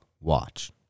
watch